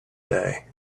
day